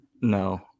No